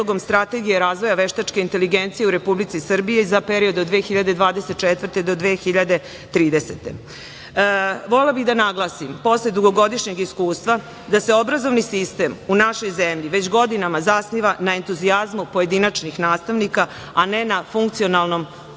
strategije razvoja veštačke inteligencije u Republici Srbiji za period od 2024.do 2030. godine. Volela bih da naglasim, posle dugogodišnjeg iskustva, da se obrazovni sistem u našoj zemlji već godinama zasniva na entuzijazmu pojedinačnih nastavnika, a ne na funkcionalnom